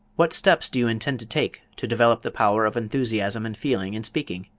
what steps do you intend to take to develop the power of enthusiasm and feeling in speaking?